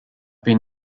been